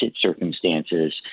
circumstances